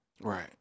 right